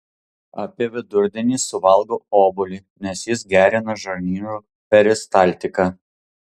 apie vidudienį suvalgau obuolį nes jis gerina žarnyno peristaltiką